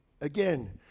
again